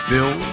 Bill